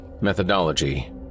Methodology